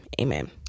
Amen